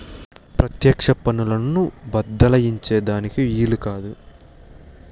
పెత్యెక్ష పన్నులను బద్దలాయించే దానికి ఈలు కాదు